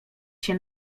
się